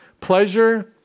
pleasure